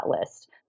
list